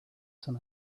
sun